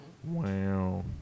Wow